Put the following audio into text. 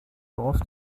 dorf